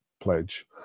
pledge